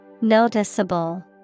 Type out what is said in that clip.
Noticeable